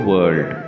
World